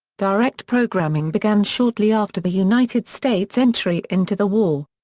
direct programming began shortly after the united states' entry into the war.